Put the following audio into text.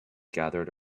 gathered